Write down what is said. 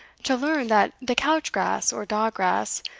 to learn that the couch-grass or dog-grass,